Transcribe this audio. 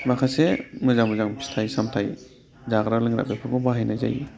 माखासे मोजां मोजां फिथाइ सामथाय जाग्रा लोंग्रा बेफोरखौ बाहायनाय जायो